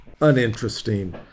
uninteresting